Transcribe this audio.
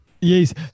Yes